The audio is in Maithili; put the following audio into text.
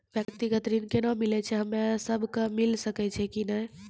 व्यक्तिगत ऋण केना मिलै छै, हम्मे सब कऽ मिल सकै छै कि नै?